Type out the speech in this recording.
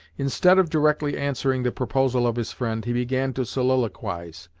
instead of directly answering the proposal of his friend, he began to soliloquize,